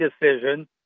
decision